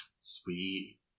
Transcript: Sweet